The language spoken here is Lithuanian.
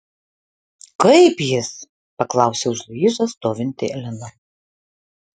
kaip jis paklausė už luizos stovinti elena